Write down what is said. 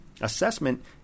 Assessment